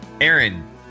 Aaron